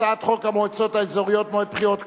הצעת חוק המועצות האזוריות (מועד בחירות כלליות)